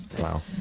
Wow